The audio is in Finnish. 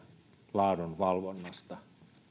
laadun valvonnasta